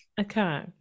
Okay